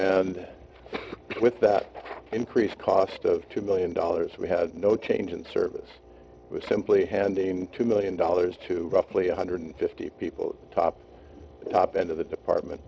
and with that increased cost of two million dollars we had no change in service it was simply handing two million dollars to roughly one hundred fifty people top top end of the department